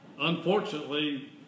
Unfortunately